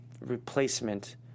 replacement